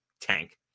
tank